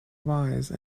wise